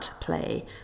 play